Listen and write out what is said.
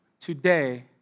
today